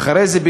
ואחרי זה,